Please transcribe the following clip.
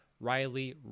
riley